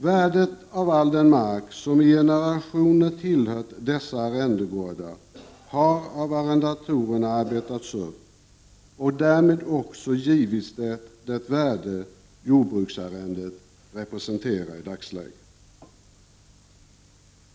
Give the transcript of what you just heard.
Värdet av all den mark som i generationer tillhört dessa arrendegårdar har av arrendatorerna arbetats upp och därmed också givits det värde jordbruksarrendet representerar i dagsläget.